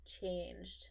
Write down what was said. changed